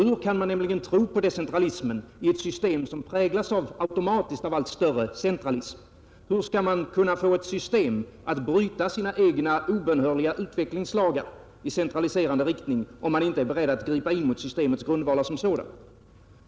Hur kan man tro på decentralismen i ett samhälle som automatiskt präglas av allt större centralism? Hur skall man kunna få ett system att bryta sina egna obönhörliga utvecklingslagar som går i centraliserande riktning, om man inte är beredd att gripa in mot systemets grundvalar som sådana?